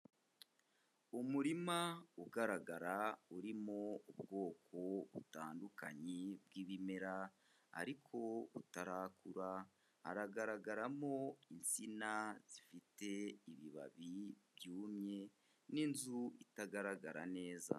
Umurima ugaragara urimo ubwoko butandukanye bw'ibimera ariko utarakura, haragaragaramo insina zifite ibibabi byumye n'inzu itagaragara neza.